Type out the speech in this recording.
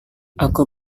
aku